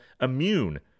immune